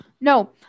no